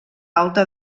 alta